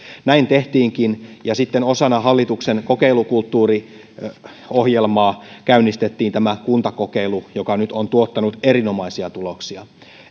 näin tehtiinkin ja sitten osana hallituksen kokeilukulttuuriohjelmaa käynnistettiin tämä kuntakokeilu joka nyt on tuottanut erinomaisia tuloksia